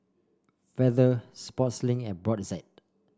Feather Sportslink and Brotzeit